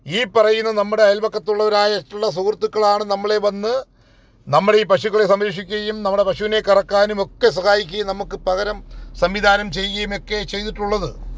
ഈ പറയുന്ന നമ്മുടെ അയൽപക്കത്തുള്ളവരായിട്ടുള്ള സുഹൃത്തുക്കളാണ് നമ്മളെ വന്ന് നമ്മുടെ ഈ പശുക്കളെ സംരക്ഷിക്കുകയും നമ്മുടെ പശുവിനെ കറക്കാനുമൊക്കെ സഹായിക്കുകയും നമുക്ക് പകരം സംവിധാനം ചെയ്യുകയുമൊക്കെ ചെയ്തിട്ടുള്ളത്